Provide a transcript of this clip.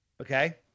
Okay